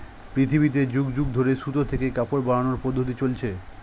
পৃথিবীতে যুগ যুগ ধরে সুতা থেকে কাপড় বানানোর পদ্ধতি চলছে